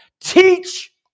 teach